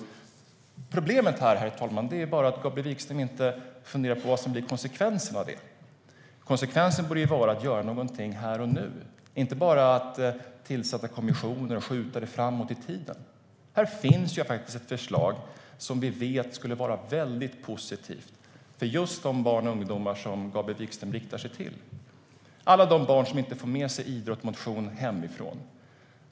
Problemet här är att Gabriel Wikström inte funderar på vad som blir konsekvensen av det. Konsekvensen borde vara att göra någonting här och nu, inte bara att tillsätta kommissioner och skjuta detta framåt i tiden. Här finns faktiskt ett förslag som vi vet skulle vara mycket positivt för just de barn och ungdomar som Gabriel Wikström riktar sig till, alla de barn som inte får med sig idrott och motion hemifrån.